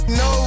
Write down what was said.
no